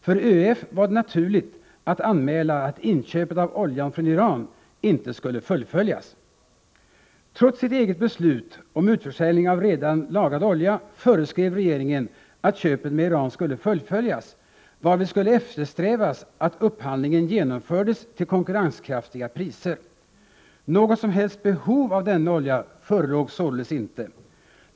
För ÖEF var det naturligt att anmäla att inköpet av oljan från Iran inte skulle fullföljas. Trots sitt eget beslut om utförsäljning av redan lagrad olja föreskrev regeringen att köpet med Iran skulle fullföljas, varvid skulle eftersträvas att upphandlingen genomfördes till konkurrenskraftiga priser. Något som helst behov av denna olja förelåg således inte.